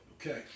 Okay